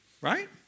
right